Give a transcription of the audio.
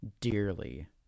dearly